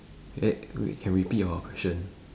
eh wait can repeat your question